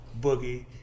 Boogie